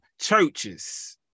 churches